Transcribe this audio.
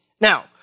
Now